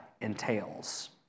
entails